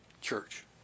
Church